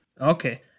Okay